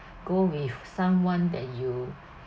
go with someone that you